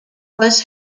was